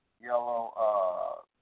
yellow